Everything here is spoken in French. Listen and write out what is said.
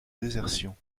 désertion